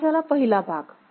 हा झाला पहिला भाग